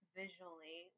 visually